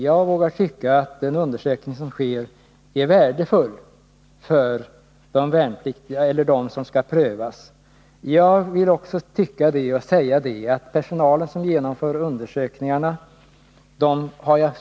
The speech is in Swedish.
Jag vågar tycka att den undersökning som sker är värdefull för dem som skall prövas. Jag vill också säga att jag har stort förtroende för den personal som genomför undersökningarna.